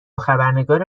خبرنگار